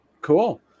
cool